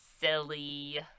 silly